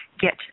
get